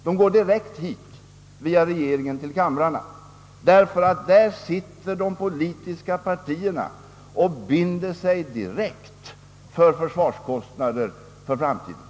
De går direkt till kamrarna via regeringen, därför att i försvarsutredningarna sitter de politiska partierna och binder sig direkt för försvarskostnaderna för framtiden.